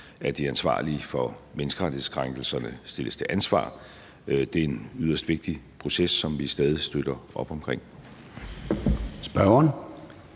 at de ansvarlige for menneskerettighedskrænkelserne stilles til ansvar. Det er en yderst vigtig proces, som vi stadig støtter op om.